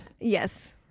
Yes